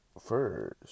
first